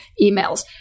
emails